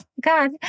God